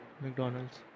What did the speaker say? McDonald's